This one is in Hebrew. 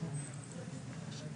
הסוללה